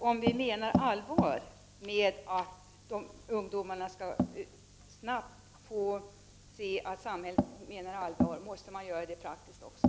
Om vi menar allvar med att ungdomarna snabbt skall få se att samhället menar allvar, måste man också vidta praktiska åtgärder.